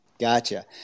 Gotcha